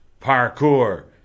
parkour